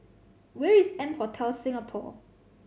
where is M Hotel Singapore